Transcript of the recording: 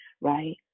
right